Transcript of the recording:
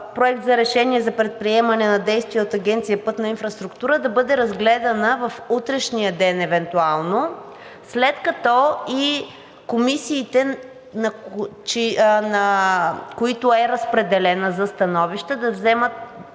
Проект за решение за предприемане на действия от Агенцията „Пътна инфраструктура“ да бъде разгледана в утрешния ден евентуално – след като и комисиите, на които е разпределена за становище, да вземат